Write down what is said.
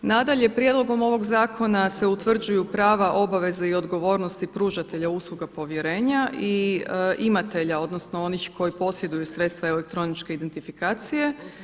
Nadalje, prijedlogom ovoga zakona se utvrđuju prava, obaveze i odgovornosti pružatelja usluga povjerenja i imatelja odnosno onih koji posjeduju sredstva elektroničke identifikacije.